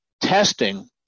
testing